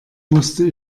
musste